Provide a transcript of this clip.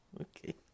Okay